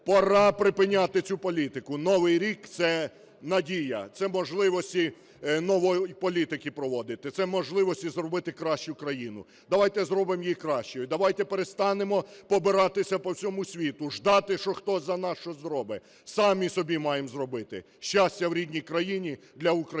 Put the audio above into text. Пора припиняти цю політику! Новий рік – це надія, це можливості нові політики проводити, це можливості зробити кращу країну. Давайте зробимо її кращою. Давайте перестанемо побиратися по всьому світу, ждати, що хтось за нас щось зробить, самі собі маємо зробити. Щастя в рідній країні для українців!